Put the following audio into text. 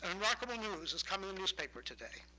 and rockaway news is coming, the newspaper. today.